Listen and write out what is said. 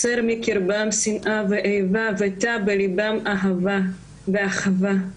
הסר מקרבם שנאה ואיבה ונטע בליבם אהבה ואחווה,